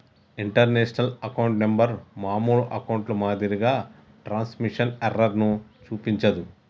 international account number మామూలు అకౌంట్లో మాదిరిగా ట్రాన్స్మిషన్ ఎర్రర్ ను చూపించదు